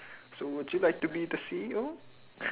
so would you like to be the C_E_O